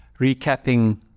recapping